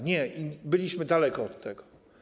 Nie, byliśmy daleko od tego.